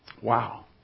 Wow